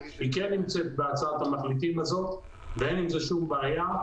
היא כן נמצאת בהחלטת המחליטים הזאת ואין עם זה שום בעיה.